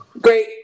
Great